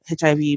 HIV